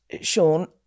Sean